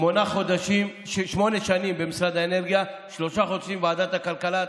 שמונה שנים במשרד האנרגיה ושלושה חודשים בוועדת הכלכלה,